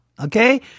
Okay